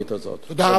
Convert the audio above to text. תודה רבה לשר.